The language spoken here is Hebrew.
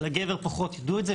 על הגבר פחות ידעו את זה.